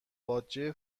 باجه